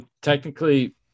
technically